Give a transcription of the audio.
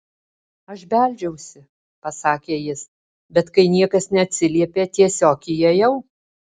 aš beldžiausi pasakė jis bet kai niekas neatsiliepė tiesiog įėjau